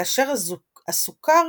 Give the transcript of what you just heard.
כאשר הסוכר